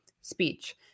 speech